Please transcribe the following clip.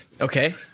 Okay